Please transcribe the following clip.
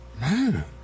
Man